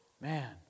man